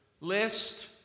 list